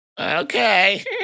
Okay